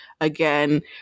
again